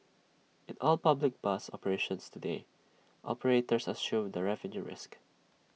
in all public bus operations today operators assume the revenue risk